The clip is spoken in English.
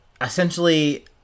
essentially